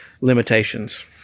limitations